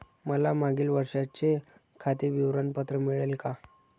मला मागील वर्षाचे खाते विवरण पत्र मिळेल का?